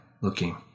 looking